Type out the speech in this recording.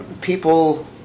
People